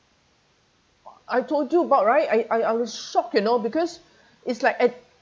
I told you about right I I I was shocked you know because it's like at